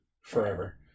forever